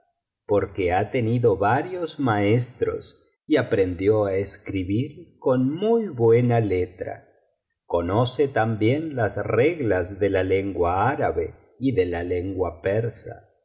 porque ha tenido varios maestros y aprendió á escribir con muy buena letra conoce también las reglas de la lengua árabe y de la lengua persa